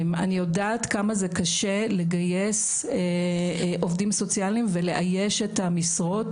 אני יודעת כמה זה קשה לגייס עובדים סוציאליים ולאייש את המשרות,